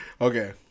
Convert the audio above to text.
Okay